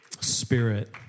spirit